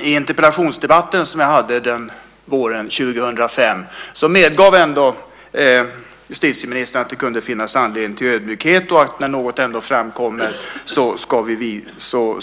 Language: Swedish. I den interpellationsdebatt som jag hade våren 2005 medgav justitieministern att det kunde finnas anledning till ödmjukhet och sade att när något ändå framkommer